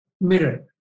mirror